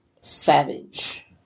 savage